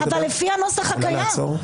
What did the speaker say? אבל לפי הנוסח הקיים -- את יכולה לעצור?